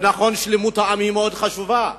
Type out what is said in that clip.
זה נכון ששלמות העם היא מאוד חשובה,